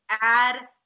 add